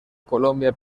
colombia